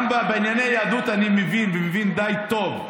גם בענייני יהדות אני מבין, ומבין די טוב.